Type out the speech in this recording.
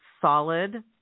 solid